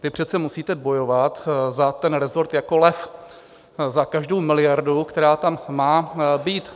Vy přece musíte bojovat za ten resort jako lev, za každou miliardu, která tam má být.